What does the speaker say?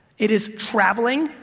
it is traveling,